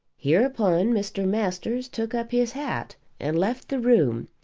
hereupon mr. masters took up his hat and left the room,